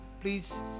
please